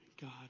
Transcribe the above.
God